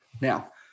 Now